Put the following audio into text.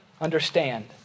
understand